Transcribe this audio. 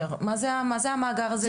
מה זה המאגר הזה?